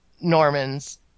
Norman's